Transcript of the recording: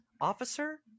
Officer